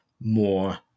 more